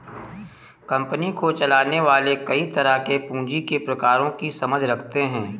company को चलाने वाले कई तरह के पूँजी के प्रकारों की समझ रखते हैं